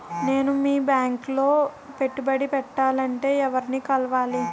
నేను మీ బ్యాంక్ లో పెట్టుబడి పెట్టాలంటే ఎవరిని కలవాలి?